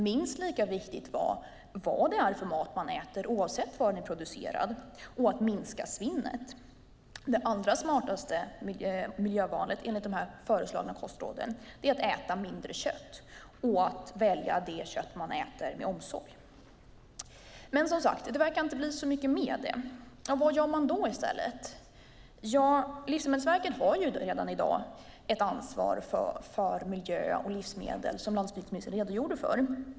Minst lika viktigt var vad det är för mat man äter, oavsett var den är producerad, och att minska svinnet. Det allra smartaste miljövalet enligt de föreslagna kostråden är att äta mindre kött och att välja det kött man äter med omsorg. Men det verkar som sagt inte bli så mycket med det. Vad gör man i stället? Livsmedelsverket har ju redan i dag ett ansvar för miljö och livsmedel, som landsbygdsministern redogjorde för.